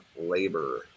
labor